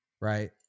Right